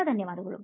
ತುಂಬಾ ಧನ್ಯವಾದಗಳು